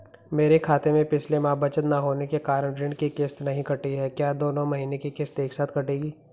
मेरे खाते में पिछले माह बचत न होने के कारण ऋण की किश्त नहीं कटी है क्या दोनों महीने की किश्त एक साथ कटेगी?